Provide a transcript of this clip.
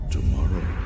Tomorrow